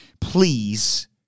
Please